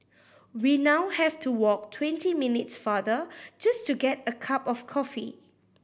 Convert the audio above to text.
we now have to walk twenty minutes farther just to get a cup of coffee